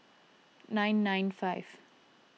nine nine five